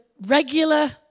regular